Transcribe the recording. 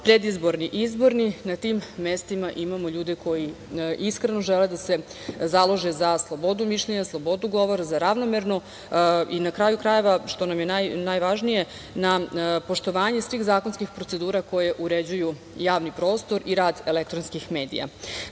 predizborni, izborni, na tim mestima da imamo ljude koji iskreno žele da se založe za slobodu mišljenja, za slobodu govora, za ravnomerno, na kraju krajeva, što nam je najvažnije, poštovanje svih zakonskih procedura koje uređuju javni prostor i rad elektronskih medija. Dakle,